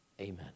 Amen